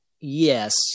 yes